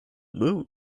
moon